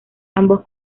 ambos